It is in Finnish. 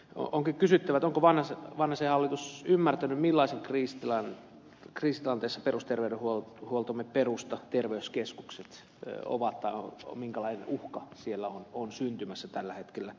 onkin kysyttävä onko vanhasen hallitus ymmärtänyt millaisessa kriisitilanteessa perusterveydenhuoltomme perusta terveyskeskukset on tai minkälainen uhka siellä on syntymässä tällä hetkellä